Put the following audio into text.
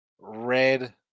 red